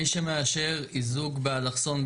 מי שמאשר איזוק באלכסון,